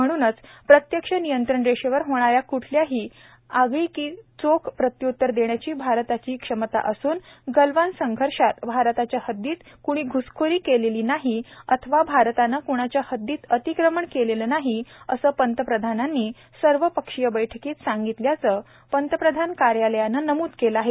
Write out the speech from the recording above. म्हणूनच प्रत्यक्ष नियंत्रण रेषेवर होणाऱ्या कुठल्याही आगळिकीला चोख प्रत्यूतर देण्याची भारताची क्षमता असून गलवान संघर्षात भारताच्या हद्दीत कृणी घ्सखोरी केलेली नाही अथवा भारतानं क्णाच्या हद्दीत अतिक्रमण केलेलं नाही असं पंतप्रधानांनी सर्वपक्षीय बैठकीत सांगितल्याचं प्रधानंमंत्री कार्यालयानं नमूद केलं आहे